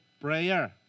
prayer